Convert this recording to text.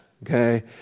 Okay